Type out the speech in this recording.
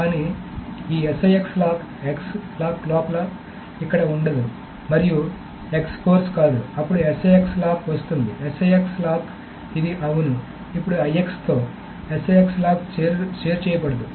కానీ ఈ SIX lock X lock లోపల ఇక్కడ ఉండదు మరియు X కోర్సు కాదు అప్పుడు SIX లాక్ వస్తుంది SIX లాక్ ఇది అవును అప్పుడు IX తో SIX లాక్ షేర్ చేయబడదు